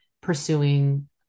pursuing